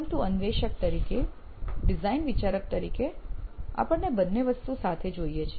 પરંતુ અન્વેષક તરીકે ડિઝાઇન વિચારક તરીકે આપણને બંને વસ્તુ સાથ જોઈએ છે